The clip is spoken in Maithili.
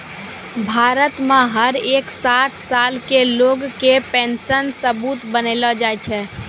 भारत मे हर एक साठ साल के लोग के पेन्शन सबूत बनैलो जाय छै